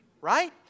right